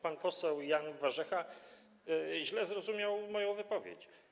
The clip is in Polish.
Pan poseł Jan Warzecha źle zrozumiał moją wypowiedź.